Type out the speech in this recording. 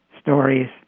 stories